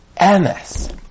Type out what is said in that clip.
MS